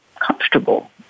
comfortable